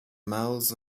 mouths